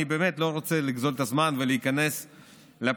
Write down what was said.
אני באמת לא רוצה לגזול את הזמן ולהיכנס לפרטים,